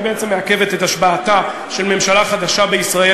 היא בעצם מעכבת את השבעתה של ממשלה חדשה בישראל,